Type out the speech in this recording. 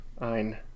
Ein